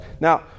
Now